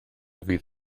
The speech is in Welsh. fydd